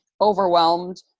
overwhelmed